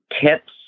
tips